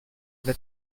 alle